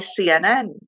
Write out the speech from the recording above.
CNN